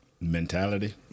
Mentality